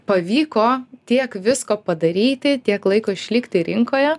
pavyko tiek visko padaryti tiek laiko išlikti rinkoje